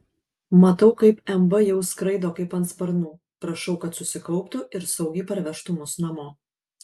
matau kaip mb jau skraido kaip ant sparnų prašau kad susikauptų ir saugiai parvežtų mus namo